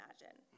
imagine